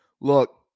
Look